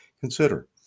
Consider